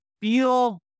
feel